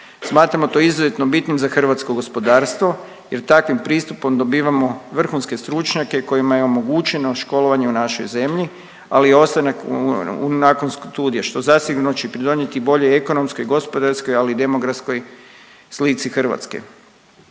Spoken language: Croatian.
Smatramo to izuzetno bitnim za hrvatsko gospodarstvo jer takvim pristupom dobivamo vrhunske stručnjake kojima je omogućeno školovanje u našoj zemlji, ali i ostanak u, nakon studija što zasigurno će pridonijeti boljoj ekonomskoj, gospodarskoj ali i demografskoj slici Hrvatske.